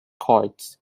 courts